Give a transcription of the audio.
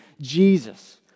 Jesus